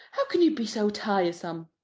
how can you be so tiresome!